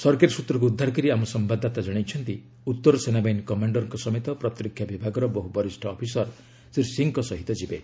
ସରକାରୀ ସୂତ୍ରକୁ ଉଦ୍ଧାର କରି ଆମ ସମ୍ଭାଦଦାତା ଜଣାଇଛନ୍ତି ଉତ୍ତର ସେନାବାହିନୀ କମାଣ୍ଡରଙ୍କ ସମେତ ପ୍ରତିରକ୍ଷା ବିଭାଗର ବହୁ ବରିଷ୍ଣ ଅଫିସର ଶ୍ରୀ ସିଂହଙ୍କ ସହ ଯିବେ